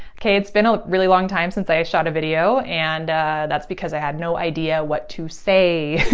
okay, it's been a really long time since i've shot a video and that's because i had no idea what to say.